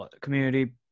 Community